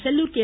Sellur K